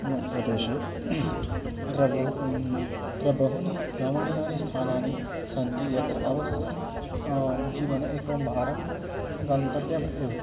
मम प्रदेशे तत्र बहु त्र बहूनि रमणीयानि स्थानानि सन्ति यत्र अवश्यं जीवने एकवारं गन्तव्यम् एव